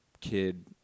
Kid